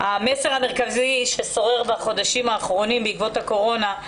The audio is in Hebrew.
המסר המרכזי ששורר בחודשים האחרונים בעקבות הקורונה הוא